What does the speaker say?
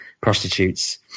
prostitutes